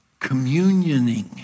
communioning